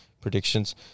predictions